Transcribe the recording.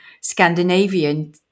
Scandinavian